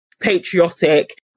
patriotic